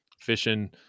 fishing